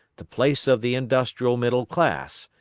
the place of the industrial middle class,